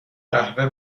قهوه